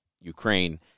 Ukraine